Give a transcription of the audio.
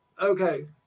Okay